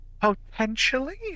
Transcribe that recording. Potentially